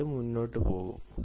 എന്നിട്ട് മുന്നോട്ട് പോകും